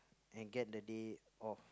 and get the day off